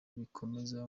bikomeza